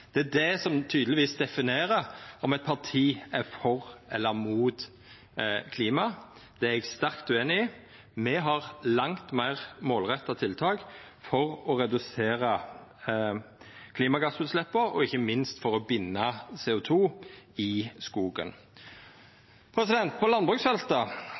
Det er det som tydelegvis definerer om eit parti er for eller mot klima. Det er eg sterkt ueinig i. Me har langt meir målretta tiltak for å redusera klimagassutsleppa og ikkje minst for å binda CO 2 i skogen. På